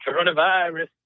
coronavirus